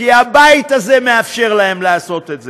כי הבית הזה מאפשר להן לעשות את זה.